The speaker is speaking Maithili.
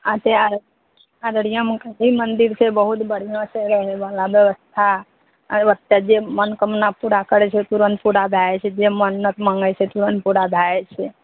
मन्दिर छै बहुत बढ़िआँ से रहैवला बेबस्था ओतए जे मनकामना पूरा करै छै तुरन्त पूरा भए जाइ छै जे मन्नत माँगै छै तुरन्त पूरा भए जाइ छै